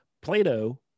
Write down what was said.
Plato